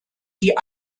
die